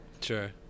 Sure